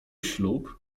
ślub